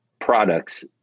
products